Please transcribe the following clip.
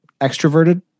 extroverted